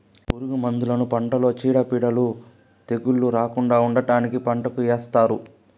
పురుగు మందులను పంటలో చీడపీడలు, తెగుళ్ళు రాకుండా ఉండటానికి పంటకు ఏస్తారు